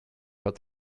heard